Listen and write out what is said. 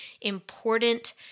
important